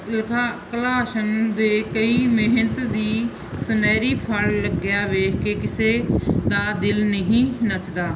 ਦੇ ਕਈ ਮਿਹਨਤ ਦੀ ਸੁਨਹਿਰੀ ਫਲ ਲੱਗਿਆ ਵੇਖ ਕੇ ਕਿਸੇ ਦਾ ਦਿਲ ਨਹੀਂ ਨੱਚਦਾ